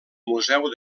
museu